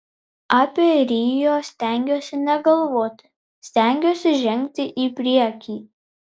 apie rio stengiuosi negalvoti stengiuosi žengti į priekį